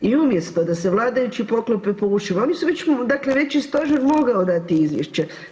I umjesto da se vladajući poklope po ušima, oni su već dakle već je stožer mogao dati izvješće.